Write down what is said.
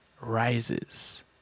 rises